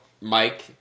Mike